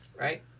right